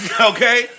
Okay